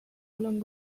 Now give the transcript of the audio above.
long